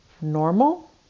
normal